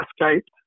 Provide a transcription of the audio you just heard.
escaped